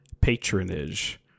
patronage